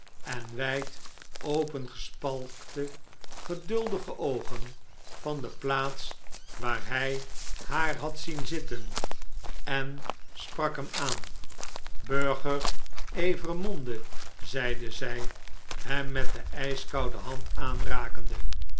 en wijd opengespalkte geduldige oogen van de plaats waar hjj haar had zien zitten en sprak hem aan burger evremonde zeide zjj hem metde jjskoude hand aanrakende